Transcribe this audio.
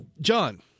John